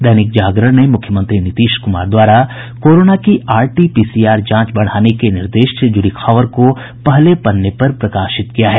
दैनिक जागरण ने मुख्यमंत्री नीतीश कुमार द्वारा कोरोना की आरटीपीसीआर जांच बढ़ाने के निर्देश से जुड़ी खबर को पहले पन्ने पर प्रकाशित किया है